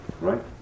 Right